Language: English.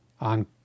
on